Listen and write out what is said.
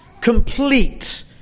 Complete